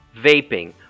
vaping